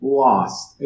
lost